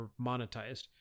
monetized